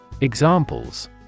Examples